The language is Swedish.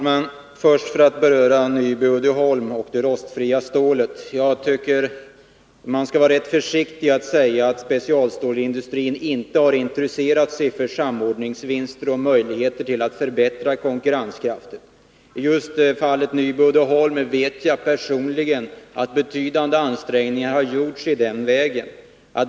Herr talman! För att först beröra Nyby Uddeholm och det rostfria stålet, tycker jag att man skall vara rätt försiktig med att säga att specialstålsindustrin inte har intresserat sig för samordningsvinster och möjligheter att förbättra konkurrenskraften. Just i fallet Nyby Uddeholm vet jag personligen att betydande ansträngningar har gjorts i den vägen.